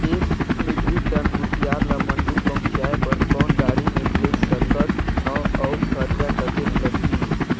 एक metric tonne कुसियार ल मंडी पहुंचाय बर कौन गाड़ी मे भेज सकत हव अउ खरचा कतेक लगही?